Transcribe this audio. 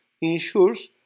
ensures